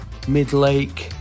Midlake